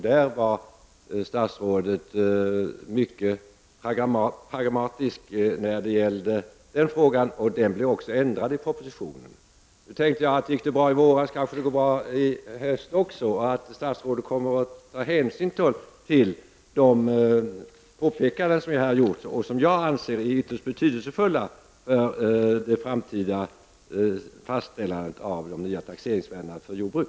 Då var statsrådet mycket pragmatisk, och det blev också en ändring i propositionen. Nu tänkte jag: Gick det bra i våras, kan det kanske gå bra även i höst, så att statsrådet tar hänsyn till de påpekanden som jag har gjort och som enligt min mening är ytterst betydelsefulla för det framtida fastställandet av de nya taxeringsvärdena för jordbruk.